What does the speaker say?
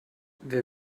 wer